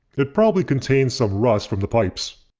it probably contains some rust from the pipes.